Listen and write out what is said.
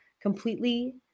completely